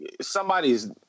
somebody's